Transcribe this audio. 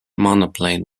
monoplane